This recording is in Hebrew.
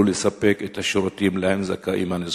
לספק את השירותים שהנזקקים זכאים להם.